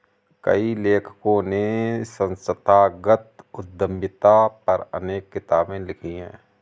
कई लेखकों ने संस्थागत उद्यमिता पर अनेक किताबे लिखी है